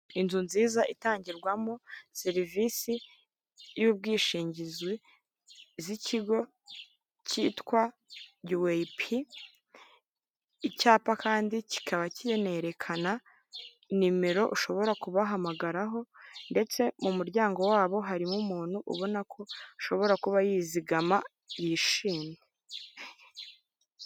Inzu nziza itangirwamo serivisi y'ubwishingizi z'ikigo cyitwa yuweyipi, icyapa kandi kikaba kinerekana nimero ushobora kubahamagaraho, ndetse mu muryango wabo hariho umuntu ubona ko ashobora kuba yizigama yishimye.